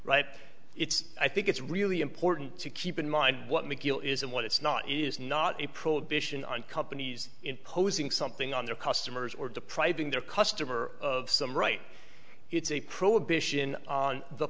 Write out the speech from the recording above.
right it's i think it's really important to keep in mind what mcgill is and what it's not is not a prohibition on companies imposing something on their customers or depriving their customer of some right it's a prohibition on the